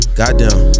goddamn